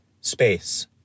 space